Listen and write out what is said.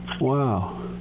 Wow